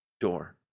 door